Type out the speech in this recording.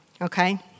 okay